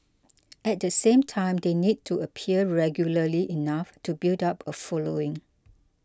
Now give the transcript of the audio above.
at the same time they need to appear regularly enough to build up a following